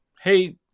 Hey